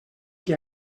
qui